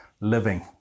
living